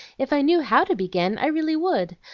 if i knew how to begin, i really would.